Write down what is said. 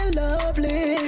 lovely